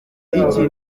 iki